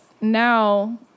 now